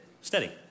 Steady